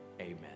Amen